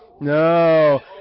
No